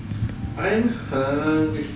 I'm hungry